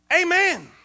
Amen